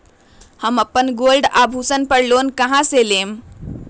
हम अपन गोल्ड आभूषण पर लोन कहां से लेम?